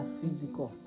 physical